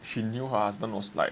she knew her husband was like